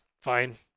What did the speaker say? fine